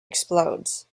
explodes